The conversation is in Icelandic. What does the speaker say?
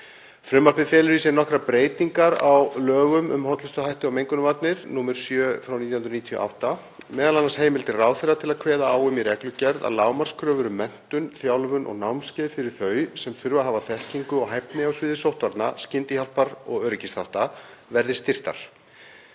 Frumvarpið felur í sér nokkrar breytingar á lögum um hollustuhætti og mengunarvarnir, nr. 7/1998, m.a. heimild til ráðherra til að kveða á um í reglugerð að lágmarkskröfur um menntun, þjálfun og námskeið, fyrir þau sem þurfa að hafa þekkingu og hæfni á sviði sóttvarna, skyndihjálpar og öryggisþátta, verði styrktar.